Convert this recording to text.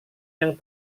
yang